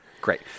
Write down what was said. Great